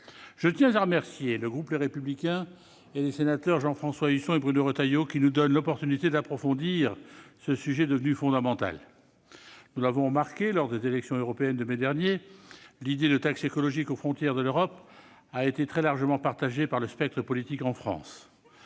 Je tiens à remercier le groupe Les Républicains et les sénateurs Jean-François Husson et Bruno Retailleau, qui nous offrent l'occasion d'approfondir ce sujet devenu fondamental. Ah ! Nous l'avons remarqué lors des élections européennes du mois de mai dernier, l'idée d'une taxe écologique aux frontières de l'Europe a été très largement partagée par le spectre politique en France.